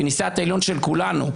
והיא נשיאת העליון של כולנו,